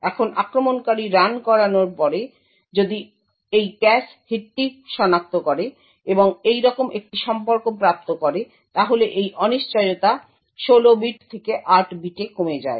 এখন আক্রমণকারী রান করানোর পর যদি আক্রমণকারী এই ক্যাশ হিটটি সনাক্ত করে এবং এইরকম একটি সম্পর্ক প্রাপ্ত করে তাহলে এই অনিশ্চয়তা 16 বিট থেকে 8 বিটে কমে যায়